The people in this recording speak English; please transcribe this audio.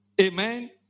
Amen